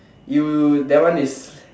you that one is